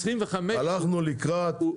הלכנו לקראת,